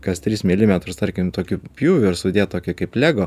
kas tris milimetrus tarkim tokių pjūvių ir sudėt tokią kaip lego